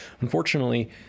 Unfortunately